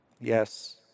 Yes